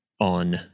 on